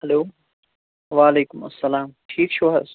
hello وعلیکُم اسلام ٹھیٖک چھُو حظ